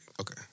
Okay